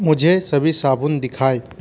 मुझे सभी साबुन दिखाएँ